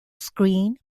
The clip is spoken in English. screen